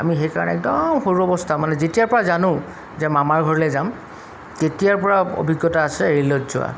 আমি সেইকাৰণে একদম সৰু অৱস্থা মানে যেতিয়াৰ পৰা জানো যে মামাৰ ঘৰলৈ যাম তেতিয়াৰ পৰা অভিজ্ঞতা আছে ৰে'লত যোৱা